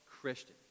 Christian